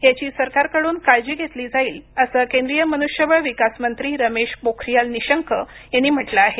याची सरकारकडून काळजी घेतली जाईल असं केंद्रीय मनुष्यबळ विकास मंत्री रमेश पोखरियाल निशंक यांनी म्हटलं आहे